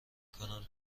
کنم